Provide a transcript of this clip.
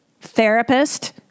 therapist